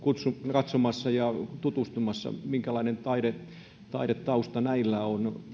katsomassa ja tutustumassa siihen minkälainen taidetausta näillä on